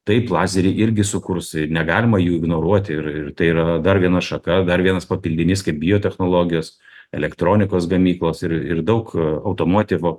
taip lazerį irgi sukurs negalima jų ignoruoti ir ir tai yra dar viena šaka dar vienas papildinys kaip biotechnologijos elektronikos gamyklos ir ir daug automotivo